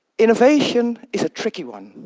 innovation is a tricky one.